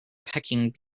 peking